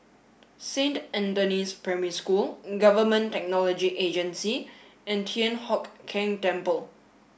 Saint Anthony's Primary School Government Technology Agency and Thian Hock Keng Temple